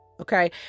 Okay